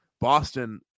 Boston